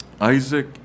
Isaac